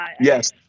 Yes